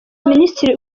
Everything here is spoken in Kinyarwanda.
minisitiri